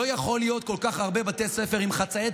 לא יכול להיות כל כך הרבה בתי ספר עם חצאי